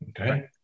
okay